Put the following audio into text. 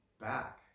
back